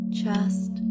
chest